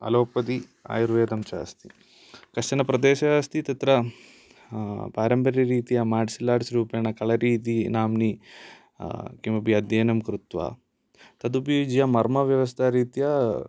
allopathy आयुर्वेदं च अस्ति कश्चन प्रदेशः अस्ति तत्र पारम्परिकरुपेण मार्शियल् अर्ट्स् कलरी इति नाम्नि किमपि अध्ययनम् कृत्वा तदपि मर्मव्यवस्थारीत्या